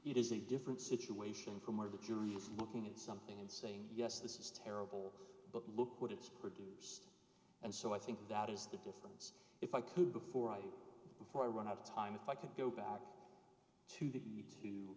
it is a different situation from where the curious looking at something and saying yes this is terrible but look what it's written and so i think that is the defense if i could before i before i run out of time if i could go back to t